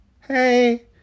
Hey